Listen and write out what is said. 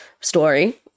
story